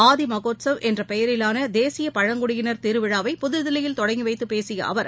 ஆதி மகோத்சவ் என்ற பெயரிலான தேசிய பழங்குடியினர் திருவிழாவை புதுதில்லியில் தொடங்கி வைத்துப் பேசிய அவர்